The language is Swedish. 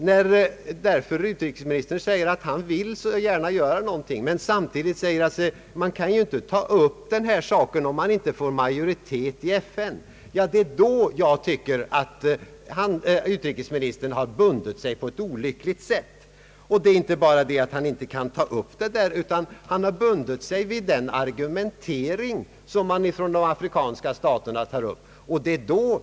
När därför utrikesministern säger att han mycket gärna vill göra någonting, men samtidigt påpekar att man inte kan ta upp denna fråga om man inte får majoritet i FN, tycker jag att utrikesministern har bundit sig på ett olyckligt sätt. Det är inte bara så att han inte anser sig kunna ta upp frågan i FN, utan han har också bundit sig vid de afrikanska staternas argumentering.